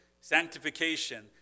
sanctification